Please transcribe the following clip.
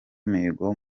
mihigo